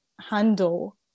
handle